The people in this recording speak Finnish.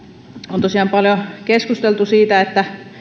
on tosiaan paljon keskusteltu siitä